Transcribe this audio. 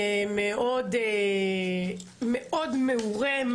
מאוד מעורה.